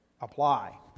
apply